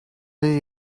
did